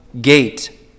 gate